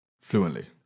fluently